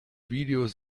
videos